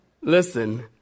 Listen